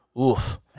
oof